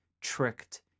tricked